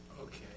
Okay